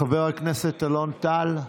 חבר הכנסת אלון טל,